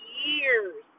years